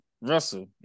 Russell